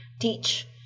teach